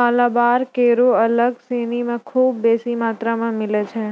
मालाबार केरो जंगल सिनी म खूब बेसी मात्रा मे मिलै छै